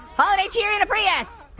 holiday cheer in a prius!